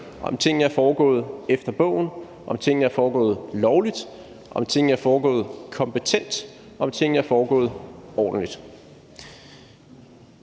om tingene er foregået efter bogen, om tingene er foregået lovligt, om tingene er foregået kompetent, og om tingene er foregået ordentligt.